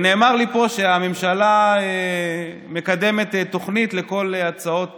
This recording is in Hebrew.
נאמר לי פה שהממשלה מקדמת תוכנית לכל ההצעות